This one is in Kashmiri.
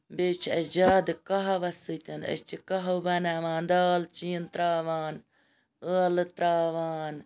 بیٚیہِ چھِ اَسہِ زیادٕ قَہوَس سۭتۍ أسۍ چھِ قَہَو بَناوان دالچیٖن تراوان ٲلہٕ تراوان